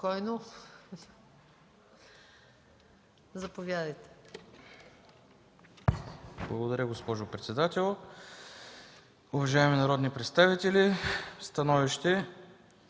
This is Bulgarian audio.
Благодаря, госпожо председател. Уважаеми народни представители! „СТАНОВИЩЕ